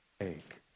ache